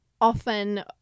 often